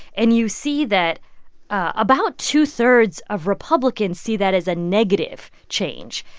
and you see that about two-thirds of republicans see that as a negative change.